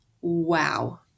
wow